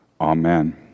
Amen